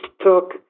took